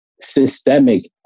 systemic